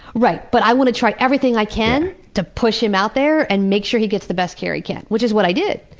right, but i want to try everything i to push him out there and make sure he gets the best care he can, which is what i did.